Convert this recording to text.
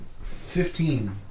Fifteen